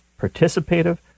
participative